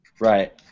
Right